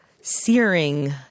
searing